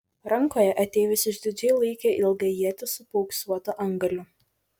rankoje ateivis išdidžiai laikė ilgą ietį su paauksuotu antgaliu